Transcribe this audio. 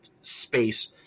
space